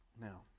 Now